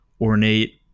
ornate